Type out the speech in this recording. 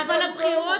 גבירתי,